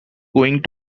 going